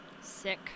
Sick